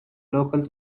local